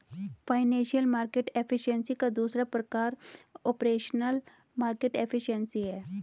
financial market efficiency का दूसरा प्रकार ऑपरेशनल मार्केट एफिशिएंसी है